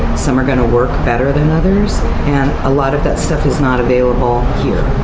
some are gonna work better than others. and a lot of that stuff is not available here,